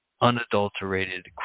unadulterated